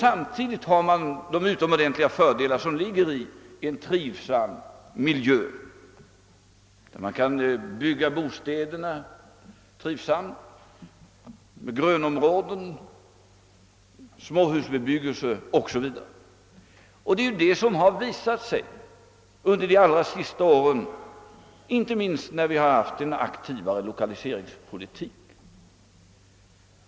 Samtidigt har man de utomordentliga fördelar som ligger i en miljö som möjliggör att man kan bygga bostäderna trivsamt med grönområden, småhus 0. s. v. Detta har visat sig inte minst under de allra senaste åren när vi haft en aktivare lokaliseringspolitik.